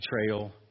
betrayal